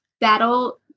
battle